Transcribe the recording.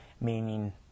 meaning